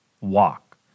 walk